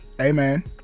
Amen